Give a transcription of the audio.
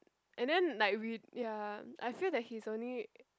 and then like we ya I feel that he's only